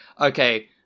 okay